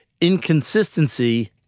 inconsistency